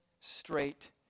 straight